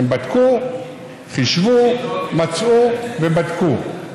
הם בדקו, חישבו, מצאו ובדקו.